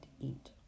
eat